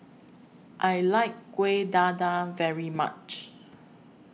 I like Kueh Dadar very much